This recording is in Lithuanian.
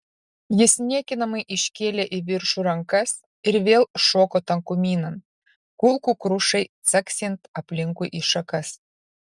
jis niekinamai iškėlė į viršų rankas ir vėl šoko tankumynan kulkų krušai caksint aplinkui į šakas